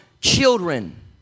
children